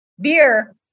Beer